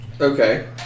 Okay